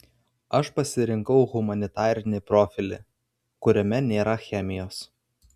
aš pasirinkau humanitarinį profilį kuriame nėra chemijos